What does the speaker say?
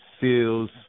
Seals